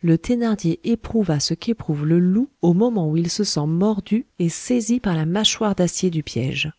le thénardier éprouva ce qu'éprouve le loup au moment où il se sent mordu et saisi par la mâchoire d'acier du piège